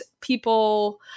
people